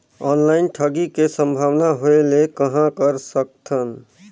Online ठगी के संभावना होय ले कहां कर सकथन?